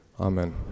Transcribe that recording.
Amen